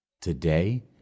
today